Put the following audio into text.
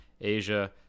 Asia